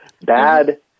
bad